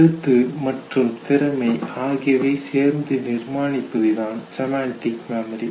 கருத்து மற்றும் திறமை ஆகியவை சேர்ந்து நிர்மாணிப்பது தான் செமண்டிக் மெமரி